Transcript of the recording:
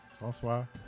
Bonsoir